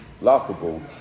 laughable